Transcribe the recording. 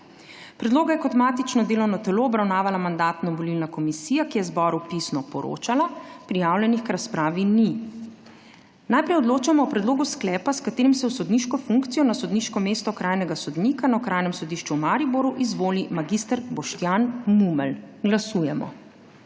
Predloga je kot matično delovno telo obravnavala Mandatno-volilna komisija, ki je zboru pisno poročala. Prijavljenih k razpravi ni. Najprej odločamo o predlogu sklepa, s katerim se v sodniško funkcijo na sodniško mesto okrajnega sodnika na Okrajnem sodišču v Mariboru izvoli mag. Boštjan Mumelj. Glasujemo.